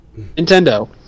nintendo